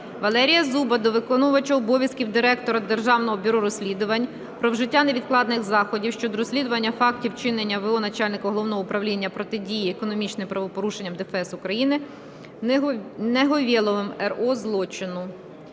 Валерія Зуба до виконувача обов'язків Директора Державного бюро розслідувань про вжиття невідкладних заходів щодо розслідування фактів вчинення в.о. начальника Головного управління протидії економічним правопорушенням ДФС України Неговєловим Р.О. злочину.